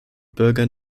bürgern